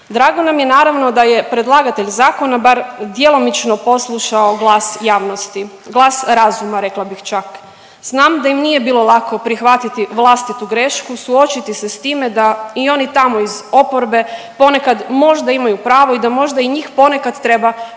Drago nam je naravno da je predlagatelj zakona bar djelomično poslušao glas javnosti, glas razuma rekla bih čak. Znam da im nije bilo lako prihvatiti vlastitu grešku, suočiti s time da i oni tamo iz oporbe ponekad možda imaju pravo i da možda i njih ponekad treba